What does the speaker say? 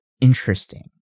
interesting